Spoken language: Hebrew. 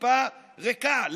הקופה ריקה.